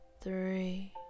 three